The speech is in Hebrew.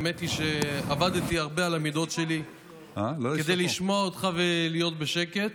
האמת היא שעבדתי הרבה על המידות שלי כדי לשמוע אותך ולהיות בשקט,